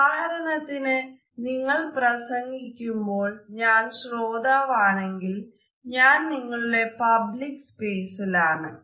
ഉദാഹരണത്തിന് നിങ്ങൾ പ്രസംഗിക്കുമ്പോൾ ഞാൻ ശ്രോതാവാണെങ്കിൽ ഞാൻ നിങ്ങളുടെ പബ്ലിക് സ്പേസിൽ ആണ്